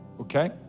Okay